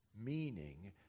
Meaning